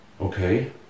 okay